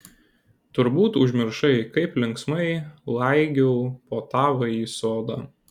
turbūt užmiršai kaip linksmai laigiau po tavąjį sodą